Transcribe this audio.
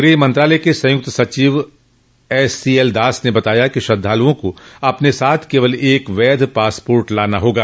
गृह मंत्रालय के संयुक्त सचिव एससीएल दास ने बताया कि श्रद्धालुओं को अपने साथ केवल एक वैध पासपोर्ट लाना होगा